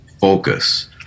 focus